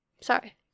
Sorry